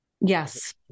Yes